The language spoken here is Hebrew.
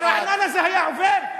ברעננה זה היה עובר?